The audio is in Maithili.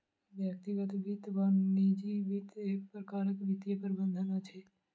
व्यक्तिगत वित्त वा निजी वित्त एक प्रकारक वित्तीय प्रबंधन अछि